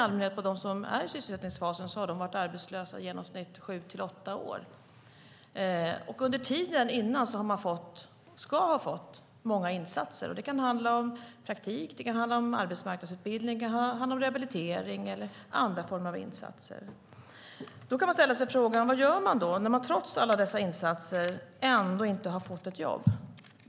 De som är i sysselsättningsfasen har i genomsnitt varit arbetslösa i sju till åtta år. Under tiden innan ska de ha fått många insatser. Det kan handla om praktik, arbetsmarknadsutbildning, rehabilitering eller andra former av insatser. Då kan man ställa sig frågan: Vad gör man då när man trots alla dessa insatser inte har fått ett jobb?